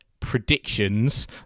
predictions